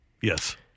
Yes